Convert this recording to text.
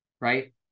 right